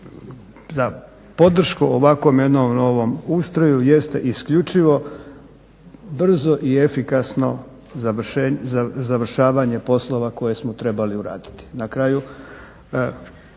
za podršku ovakvom jednom novom ustroju jeste isključivo brzo i efikasno završavanje poslova koje smo trebali uraditi.